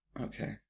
okay